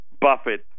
Buffett